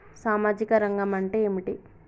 సామాజిక రంగం అంటే ఏమిటి?